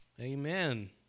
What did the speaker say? Amen